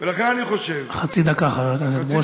ולכן אני חושב, חצי דקה, חבר הכנסת ברושי.